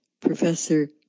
Professor